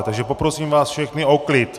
Takže poprosím vás všechny o klid!